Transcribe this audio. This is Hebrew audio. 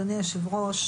אדוני היושב ראש,